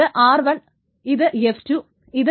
ഇത് r1 ഇത് f2 ഇത് a24